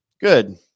Good